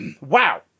Wow